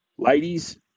Ladies